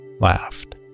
laughed